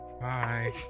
bye